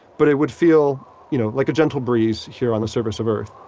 but it would feel you know like a gentle breeze here on the surface of earth